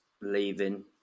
leaving